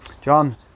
John